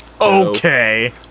Okay